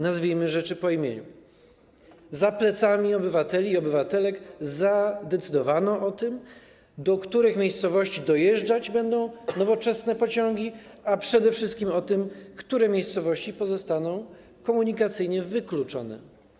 Nazwijmy rzecz po imieniu: za plecami obywateli i obywatelek zadecydowano o tym, do których miejscowości dojeżdżać będą nowoczesne pociągi, a przede wszystkim o tym, które miejscowości pozostaną komunikacyjnie wykluczone.